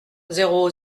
zéro